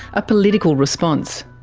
a political response.